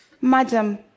Madam